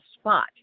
spot